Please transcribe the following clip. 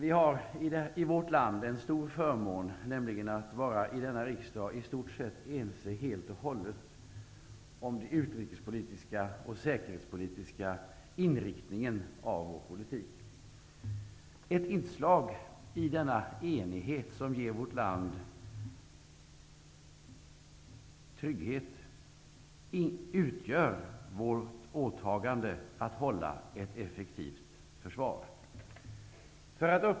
I vårt land har vi en stor förmån, nämligen att i denna riksdag vara i stort sett helt och hållet ense om den utrikes och säkerhetspolitiska inriktningen. Ett inslag i denna enighet, som ger vårt land trygghet, utgör vårt åttagande att hålla ett effektivt försvar.